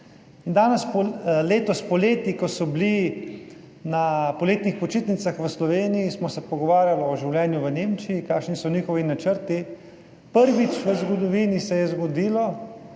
in danes, letos poleti, ko so bili na poletnih počitnicah v Sloveniji, smo se pogovarjali o življenju v Nemčiji, kakšni so njihovi načrti. Prvič v zgodovini se je zgodilo,